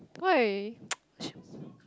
why